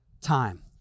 time